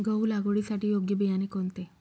गहू लागवडीसाठी योग्य बियाणे कोणते?